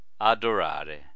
adorare